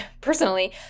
personally